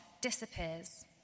disappears